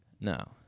No